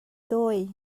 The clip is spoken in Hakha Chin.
dawi